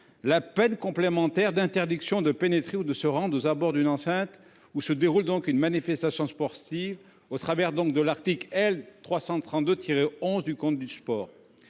la peine complémentaire d'interdiction de pénétrer ou de se rendent aux abords d'une enceinte où se déroule donc une manifestation sportive au travers donc de l'article L 332 tirer 11 du compte du sport